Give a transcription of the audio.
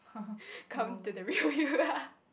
come to the real you